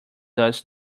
does